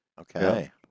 Okay